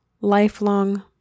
lifelong